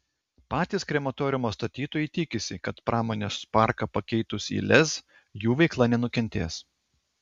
patys krematoriumo statytojai tikisi kad pramonės parką pakeitus į lez jų veikla nenukentės